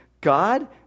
God